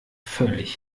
völlig